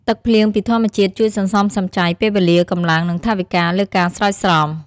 ទឹកភ្លៀងពីធម្មជាតិជួយសន្សំសំចៃពេលវេលា កម្លាំង និងថវិកាលើការស្រោចស្រព។